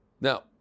Now